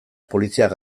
poliziak